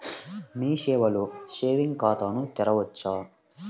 మీ సేవలో సేవింగ్స్ ఖాతాను తెరవవచ్చా?